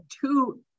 two